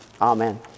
Amen